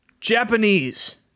Japanese